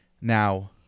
Now